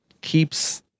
keeps